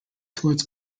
towards